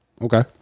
Okay